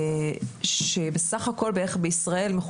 שבסך הכל במדינת ישראל,